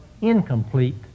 incomplete